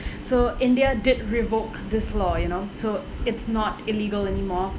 so india did revoke this law you know so it's not illegal anymore